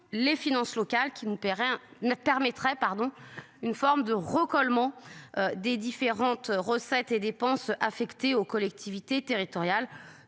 les finances locales qui ne Perrin ne permettrait pardon. Une forme de recollement. Des différentes recettes et dépenses affectées aux collectivités territoriales,